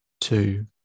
two